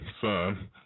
son